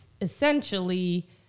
essentially